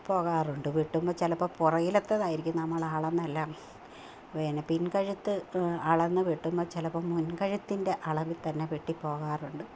പോകാറുണ്ട് വെട്ടുമ്പോൾ ചിലപ്പോൾ പുറകിലത്തത് ആയിരിക്കും നമ്മൾ അളെന്നെല്ലാം പിന് കഴുത്ത് അളന്നു വെട്ടുമ്പം ചിലപ്പം മുന് കഴുത്തിന്റെ അളവിൽ തന്നെ വെട്ടി പോകാറുണ്ട്